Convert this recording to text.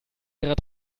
ihrer